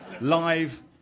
Live